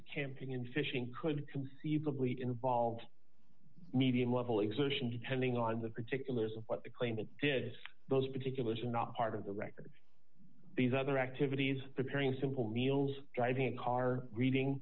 camping and fishing could conceivably involve medium level exertion depending on the particulars of what the claimant did those particulars and not part of the record of these other activities preparing simple meals driving a car reading